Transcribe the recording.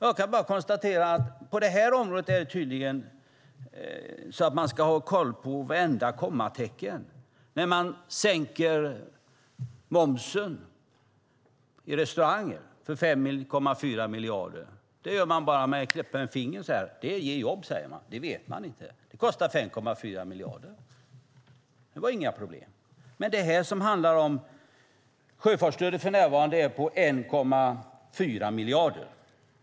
Jag kan bara konstatera att på det här området ska man tydligen ha koll på vartenda kommatecken, men man sänker momsen för restauranger med 5,4 miljarder genom att knäppa med fingrarna. Det ger jobb, säger man, men det vet man inte. Det kostar 5,4 miljarder. Det var inga problem. Sjöfartsstödet ligger för närvarande på 1,4 miljarder.